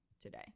today